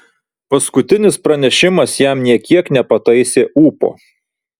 paskutinis pranešimas jam nė kiek nepataisė ūpo